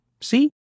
See